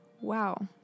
wow